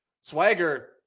Swagger